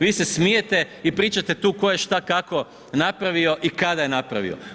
Vi se smijete i pričate tu koje šta kako napravio i kada je napravio.